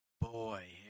boy